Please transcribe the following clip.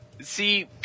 See